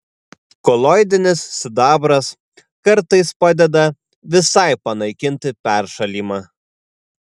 koloidinis sidabras kartais padeda visai panaikinti peršalimą